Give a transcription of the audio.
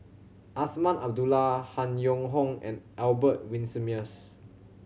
Azman Abdullah Han Yong Hong and Albert Winsemius